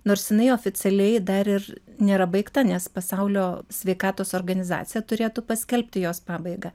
nors jinai oficialiai dar ir nėra baigta nes pasaulio sveikatos organizacija turėtų paskelbti jos pabaigą